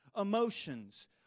emotions